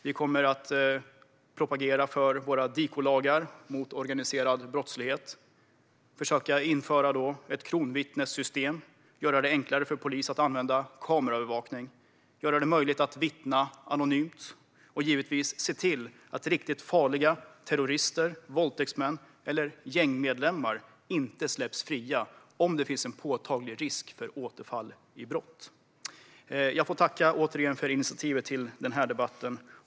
Vi kommer att propagera för våra DIKO-lagar mot organiserad brottslighet, försöka införa ett kronvittnessystem, göra det enklare för polisen att använda kameraövervakning, göra det möjligt att vittna anonymt och givetvis se till att riktigt farliga terrorister, våldtäktsmän och gängmedlemmar inte släpps fria om det finns en påtaglig risk för återfall i brott. Jag tackar återigen för initiativet till denna debatt.